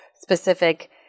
specific